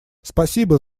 спасибо